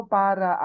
para